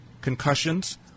concussions